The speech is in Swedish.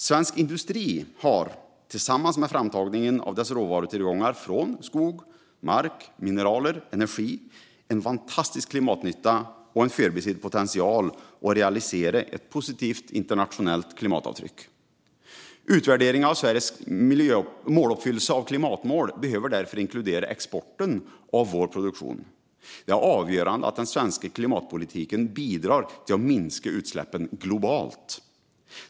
Svensk industri har, tillsammans med framtagningen av råvarutillgångar från skog, mark, mineral och energi, en fantastisk klimatnytta och en förbisedd potential att realisera ett positivt internationellt klimatavtryck. Utvärderingen av Sveriges måluppfyllelse av klimatmål behöver därför inkludera exporten av vår produktion. Det är avgörande att den svenska klimatpolitiken bidrar till att minska utsläppen globalt.